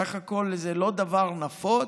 בסך הכול, זה לא דבר נפוץ,